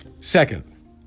Second